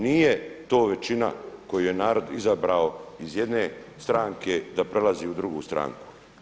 Nije to većina koju je narod izabrao iz jedne stranke da prelazi u drugu stranku.